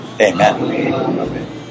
Amen